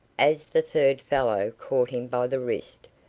as the third fellow caught him by the wrist,